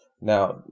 Now